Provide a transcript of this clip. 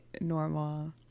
normal